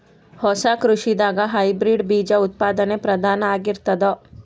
ಹೊಸ ಕೃಷಿದಾಗ ಹೈಬ್ರಿಡ್ ಬೀಜ ಉತ್ಪಾದನೆ ಪ್ರಧಾನ ಆಗಿರತದ